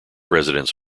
residents